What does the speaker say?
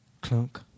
clunk